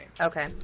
Okay